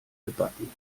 gebacken